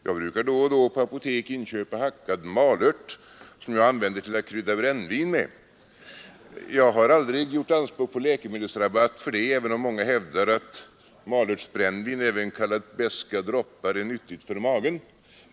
Jag inköper då och då på apotek hackad malört, som jag använder till att krydda brännvin med, men jag har aldrig gjort anspråk på läkemedelsrabatt för det, även om många hävdar att malörtsbrännvin, även kallat Bäska droppar, är nyttigt för magen.